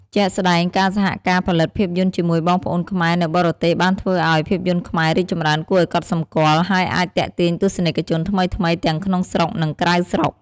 ជាក់ស្តែង ការសហការផលិតភាពយន្តជាមួយបងប្អូនខ្មែរនៅបរទេសបានធ្វើឱ្យ ភាពយន្តខ្មែររីកចម្រើនគួរឱ្យកត់សម្គាល់ ហើយអាច ទាក់ទាញទស្សនិកជនថ្មីៗ ទាំងក្នុងស្រុក និងក្រៅស្រុក។